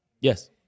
Yes